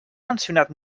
mencionat